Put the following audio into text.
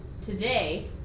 today